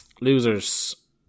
Losers